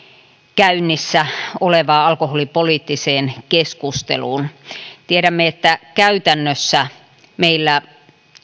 käynnissä olevaan alkoholipoliittiseen keskusteluun tiedämme että käytännössä meillä